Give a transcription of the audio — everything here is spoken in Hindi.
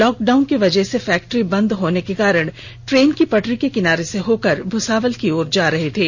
लॉकडाउन की वजह से फैक्ट्री बंद होने के कारण ट्रेन की पटरी के किनारे से होकर भुसावल की ओर जा रहे थे